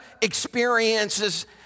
experiences